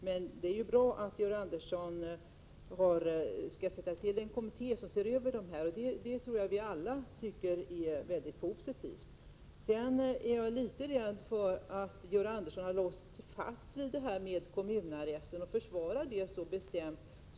Men det är bra att Georg Andersson skall tillsätta en kommitté som ser över bestämmelserna. Det tror jag att vi alla tycker är mycket positivt. Jag är rädd att Georg Andersson har låst sig fast vid kommunarresten, eftersom han försvarar den så bestämt.